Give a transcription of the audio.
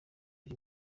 iri